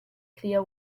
clear